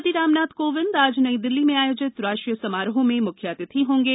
राष्ट्रपति रामनाथ कोविंद आज नई दिल्ली में आयोजित राष्ट्रीय समारोह में मुख्य अतिथि होंगे